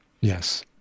Yes